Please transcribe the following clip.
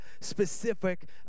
specific